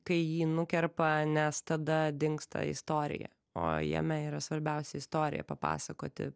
kai jį nukerpa nes tada dingsta istorija o jame yra svarbiausia istoriją papasakoti